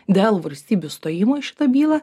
dėl valstybių stojimo į šitą bylą